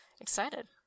excited